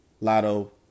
Lotto